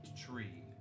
tree